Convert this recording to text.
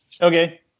Okay